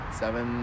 seven